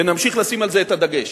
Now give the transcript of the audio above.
ונמשיך לשים על זה את הדגש.